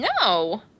No